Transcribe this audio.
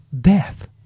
death